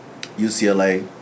UCLA